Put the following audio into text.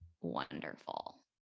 wonderful